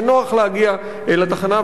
נוח להגיע לתחנה,